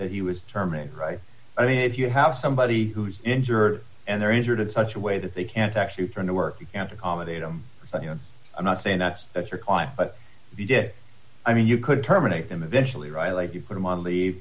that he was terminated i mean if you have somebody who's injured and they're injured at such a way that they can't actually turn to work you can't accommodate them but you know i'm not saying that that's your client but if you did i mean you could terminate them eventually right like you put them on leave